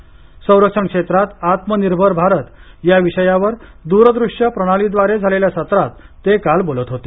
संरक्षण क्षेत्रात आत्मनिर्भर भारत या विषयावर दूर दृश्य प्रणालीद्वारे झालेल्या सत्रात ते काल बोलत होते